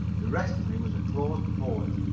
the rest of me was a closed port,